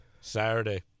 Saturday